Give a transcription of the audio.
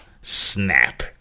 snap